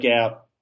out